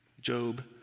Job